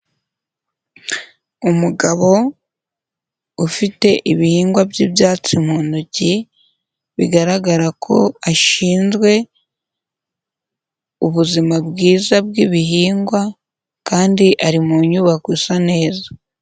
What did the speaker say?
Umugabo ufite ibihingwa by'ibyatsi mu ntoki, bigaragara ko ashinzwe ubuzima bwiza bw'ibihingwa, kandi ari mu nyubako isa neza.